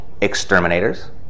exterminators